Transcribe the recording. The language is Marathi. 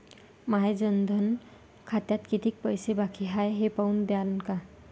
माया जनधन खात्यात कितीक पैसे बाकी हाय हे पाहून द्यान का?